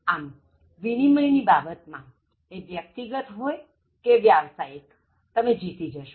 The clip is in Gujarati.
આમવિનિમય ની બાબત માં એ વ્યક્તિગત હોય કે વ્યાવસાયિક તમે જીતી જશો